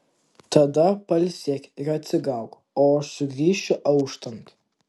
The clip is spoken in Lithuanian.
tada pailsėk ir atsigauk o aš sugrįšiu auštant